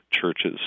churches